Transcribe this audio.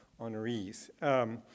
honorees